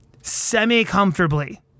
semi-comfortably